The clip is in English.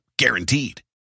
Guaranteed